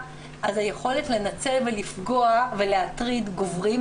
היכולת לנצל ולפגוע ולהטריד גוברים,